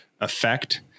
effect